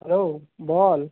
hello বল